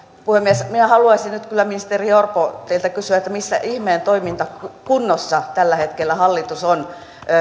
puhemies minä haluaisin nyt kyllä ministeri orpo teiltä kysyä missä ihmeen toimintakunnossa tällä hetkellä hallitus on